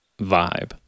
vibe